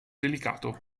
delicato